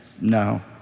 No